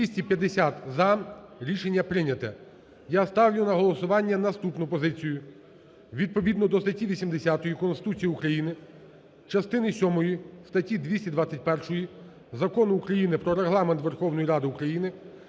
За-250 Рішення прийнято. Я ставлю на голосування наступну позицію: відповідно до статті 80 Конституції України, частини сьомої статті 221 Закону України "Про Регламент Верховної Ради України",